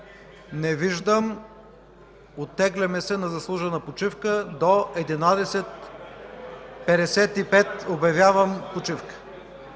Не виждам. Оттегляме се на заслужена почивка. Обявявам почивка